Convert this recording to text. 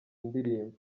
ndirimbo